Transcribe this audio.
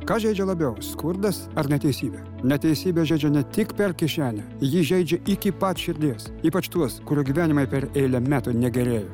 kas žeidžia labiau skurdas ar neteisybė neteisybė žeidžia ne tik per kišenę ji žeidžia iki pat širdies ypač tuos kurių gyvenimai per eilę metų negerėja